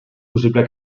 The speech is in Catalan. possible